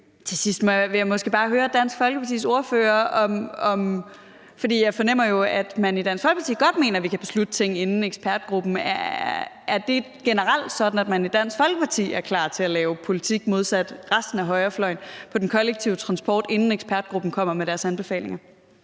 Til sidst vil jeg bare høre Dansk Folkepartis ordfører om noget. For jeg fornemmer jo, at man i Dansk Folkeparti godt mener, at vi kan beslutte ting, inden ekspertgruppen kommer med deres anbefalinger. Er det generelt sådan, at man i Dansk Folkeparti er klar til at lave politik modsat resten af højrefløjen på den kollektive transport, inden ekspertgruppen kommer med deres anbefalinger?